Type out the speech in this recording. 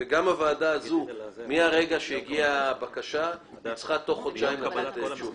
הוועדה צריכה תוך חודשיים מרגע שהגיעה הבקשה לקבל תשובה.